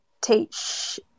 teach